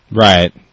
Right